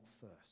first